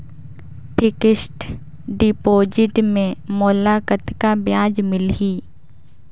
Fixed deposit मे मोला कतका ब्याज मिलही?